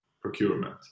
procurement